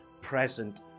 present